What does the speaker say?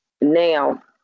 now